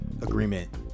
agreement